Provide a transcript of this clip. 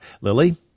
Lily